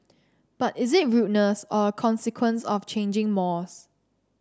but is it rudeness or a consequence of changing mores